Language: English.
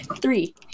three